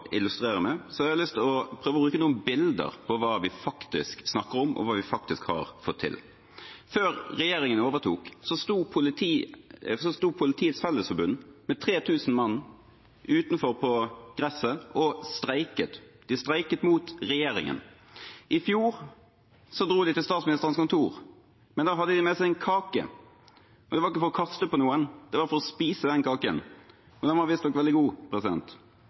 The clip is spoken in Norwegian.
jeg har lyst til å prøve å bruke noen bilder på hva vi faktisk snakker om, og hva vi faktisk har fått til. Før regjeringen overtok sto Politiets Fellesforbund med 3 000 mann utenfor på gresset og streiket. De streiket mot regjeringen. I fjor dro de til Statsministerens kontor, men da hadde de med seg en kake, og det var ikke for å kaste på noen; det var for å spise kaken. Den var visstnok veldig god.